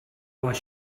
was